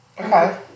Okay